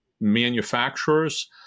manufacturers